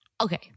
okay